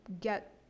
get